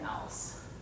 else